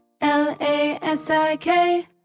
L-A-S-I-K